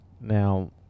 Now